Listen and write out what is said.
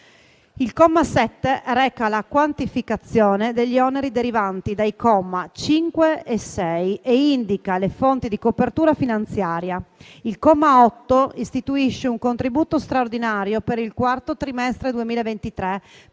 Il comma 7 reca la quantificazione degli oneri derivanti dai commi 5 e 6 e indica le fonti di copertura finanziaria. Il comma 8 istituisce un contributo straordinario per il quarto trimestre 2023